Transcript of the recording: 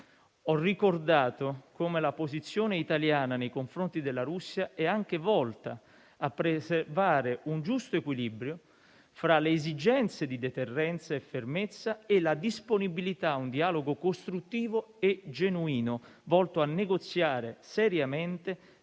Ho ricordato come la posizione italiana nei confronti della Russia sia anche volta a preservare un giusto equilibrio fra le esigenze di deterrenza e fermezza e la disponibilità a un dialogo costruttivo e genuino, volto a negoziare seriamente